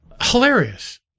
hilarious